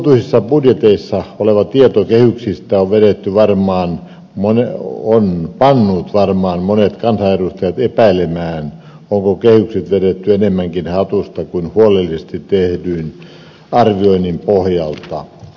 vuotuisissa budjeteissa oleva tieto kehyksistä on pannut varmaan monet kansanedustajat epäilemään onko kehykset vedetty enemmänkin hatusta kuin huolellisesti tehdyn arvioinnin pohjalta